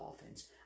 offense